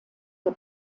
der